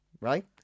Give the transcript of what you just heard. right